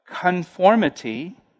conformity